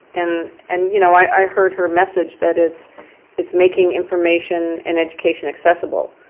and and, you know, i heard her message that it's it's making information and education accessible,